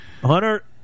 Hunter